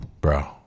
bro